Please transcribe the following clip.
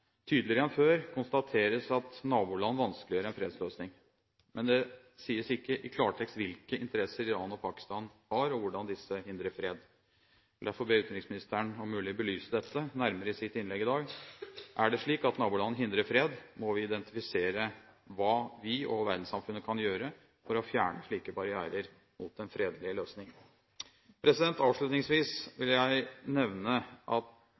Tydeligere enn før konstateres at naboland vanskeliggjør en fredsløsning. Men det sies ikke i klartekst hvilke interesser Iran og Pakistan har, og hvordan disse hindrer fred. Jeg vil derfor be utenriksministeren om mulig å belyse dette nærmere i sitt innlegg i dag. Er det slik at naboland hindrer fred, må vi identifisere hva vi – og verdenssamfunnet – kan gjøre for å fjerne slike barrierer mot en fredelig løsning. Avslutningsvis vil jeg nevne at